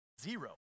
zero